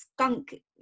skunk